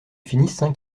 finissent